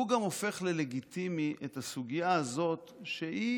הוא גם הופך את הסוגיה הזאת ללגיטימית ושהיא